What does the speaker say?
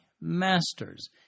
Masters